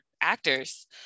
actors